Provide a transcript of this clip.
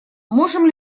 можем